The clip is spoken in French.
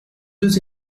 deux